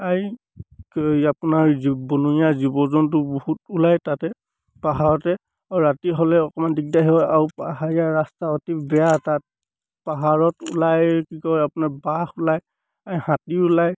আপোনাৰ বনৰীয়া জীৱ জন্তু বহুত ওলায় তাতে পাহাৰতে আৰু ৰাতি হ'লে অকণমান দিগদাৰি হয় আৰু পাহাৰীয়া ৰাস্তা অতি বেয়া তাত পাহাৰত ওলায় কি কয় আপোনাৰ বাঘ ওলায় হাতী ওলায়